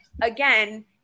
again